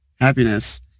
happiness